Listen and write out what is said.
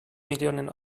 millionen